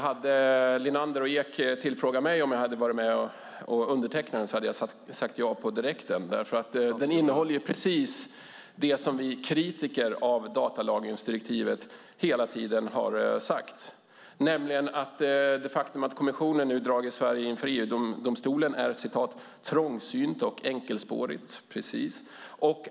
Hade Linander och Ek frågat mig om jag ville vara med och underteckna artikeln hade jag sagt ja på direkten. Den innehåller precis det som vi kritiker av datalagringsdirektivet hela tiden har sagt. Att det är "trångsynt och enkelspårigt" av kommissionen att dra Sverige inför EU-domstolen stämmer.